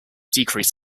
decrease